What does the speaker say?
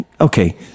okay